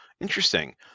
interesting